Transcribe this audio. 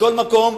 מכל מקום,